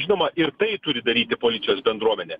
žinoma ir tai turi daryti policijos bendruomenė